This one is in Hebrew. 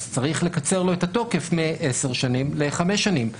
אז צריך לקצר לו את התוקף מעשר שנים לחמש שנים.